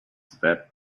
that